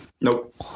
Nope